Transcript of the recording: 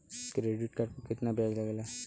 Credit card पर कितना ब्याज लगेला?